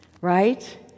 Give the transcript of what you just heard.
right